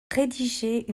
rédiger